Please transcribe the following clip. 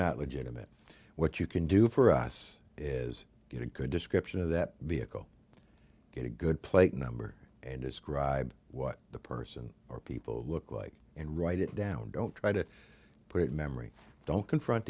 not legitimate what you can do for us is get a good description of that vehicle get a good plate number and describe what the person or people look like and write it down don't try to put it in memory don't confront